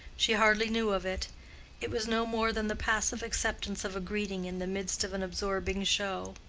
she hardly knew of it it was no more than the passive acceptance of a greeting in the midst of an absorbing show.